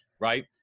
right